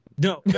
No